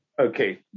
Okay